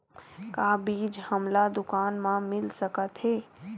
का बीज हमला दुकान म मिल सकत हे?